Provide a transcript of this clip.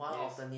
yes